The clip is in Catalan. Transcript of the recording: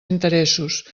interessos